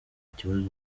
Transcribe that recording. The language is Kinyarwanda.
ikibazo